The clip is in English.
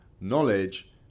knowledge